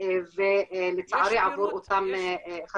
ולצערי עבור אותם 11